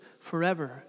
forever